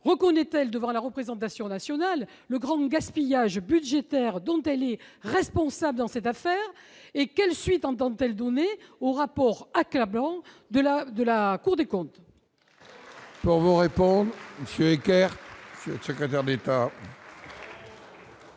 reconnaît-elle devant la représentation nationale le grand gaspillage budgétaire dont elle est responsable dans cette affaire ? Quelles suites entend-elle donner au rapport accablant de la Cour des comptes ?